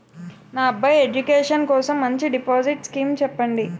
నా అబ్బాయి ఎడ్యుకేషన్ కోసం మంచి డిపాజిట్ స్కీం చెప్పండి